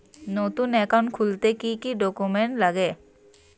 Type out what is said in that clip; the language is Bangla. নতুন একাউন্ট খুলতে কি কি ডকুমেন্ট লাগে?